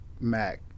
Mac